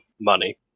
money